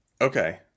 Okay